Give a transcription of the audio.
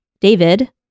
david